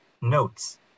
notes